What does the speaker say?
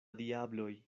diabloj